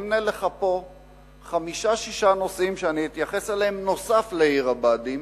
אמנה לך פה חמישה-שישה נושאים שאני אתייחס אליהם נוסף על עיר הבה"דים,